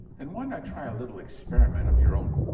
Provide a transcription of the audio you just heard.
then why not try a little experiment of your own